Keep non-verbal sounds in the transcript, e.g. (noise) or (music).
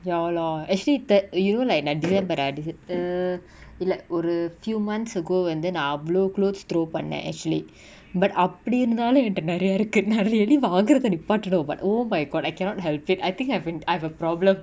ya lah actually that you know like நா:na dinner வார:vaara is it a இல்ல ஒரு:illa oru few months ago வந்து நா அவ்ளோ:vanthu na avlo cloths through பன்ன:panna actually (breath) but அப்டி இருந்தாலு என்ட நெரய இருக்கு நா:apdi irunthalu enta neraya iruku na really வாங்குரத நிப்பாட்டனு:vaanguratha nippatanu but oh my god I cannot help it I think I have been I think I have a problem